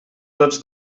tots